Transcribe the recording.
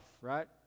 right